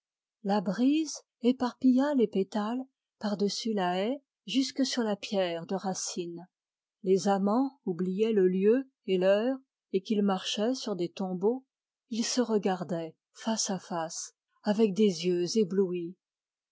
la brise éparpilla les pétales par-dessus la haie jusque sur la pierre de racine les amants oubliaient le lieu et l'heure et qu'ils marchaient sur des tombeaux ils se regardaient fac à face avec des yeux éblouis